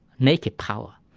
naked power.